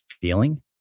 feeling